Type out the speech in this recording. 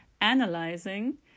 analyzing